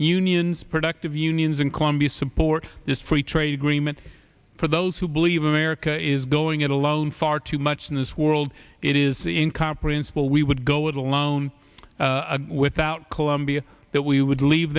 unions productive unions in colombia support this free trade agreement for those who believe america is going it alone far too much in this world it is the com principle we would go it alone without columbia that we would leave